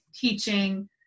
teaching